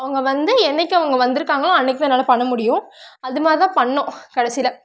அவங்க வந்து என்றைக்கு அவங்க வந்துருக்காங்களோ அன்றைக்கு தான் என்னால் பண்ண முடியும் அது மாதிரி தான் பண்ணிணோம் கடைசியில்